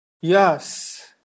Yes